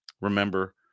remember